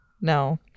No